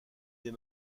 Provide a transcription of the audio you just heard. des